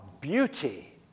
beauty